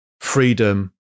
freedom